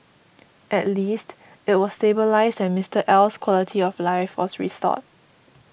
at least it was stabilised and Mister L's quality of life was restored